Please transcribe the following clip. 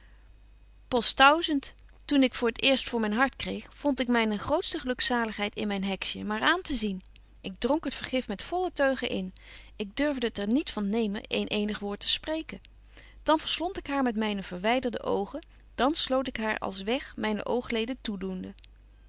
postthausent toen ik het t eerst voor myn hart kreeg vond ik myne grootste gelukzaligheid in myn hexje maar aan te zien ik dronk het vergif met volle teugen in ik durfde het er niet van nemen een eenig woord te spreken dan verslond ik haar met myne verwyderde oogen dan sloot ik haar als weg myne oogleden toedoende